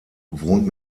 wohnt